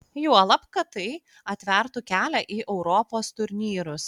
juolab kad tai atvertų kelią į europos turnyrus